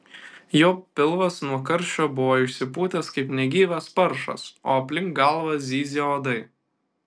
jo pilvas nuo karščio buvo išsipūtęs kaip negyvas paršas o aplink galvą zyzė uodai